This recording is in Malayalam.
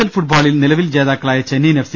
എൽ ഫുട്ബോളിൽ നിലവിൽ ജേതാക്കളായ ചെന്നൈ യിൻ എഫ്